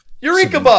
Eureka